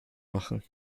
machen